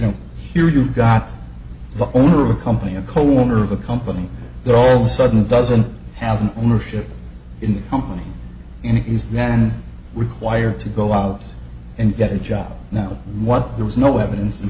know here you've got the owner of a company a coworker of a company there all the sudden doesn't have an ownership in the company and is then required to go out and get a job now what there was no evidence in